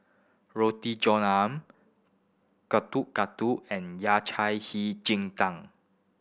Roti John Ayam Getuk Getuk and Yao Cai jin tang